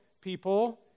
people